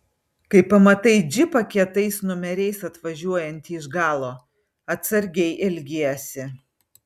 kai pamatai džipą kietais numeriais atvažiuojantį iš galo atsargiai elgiesi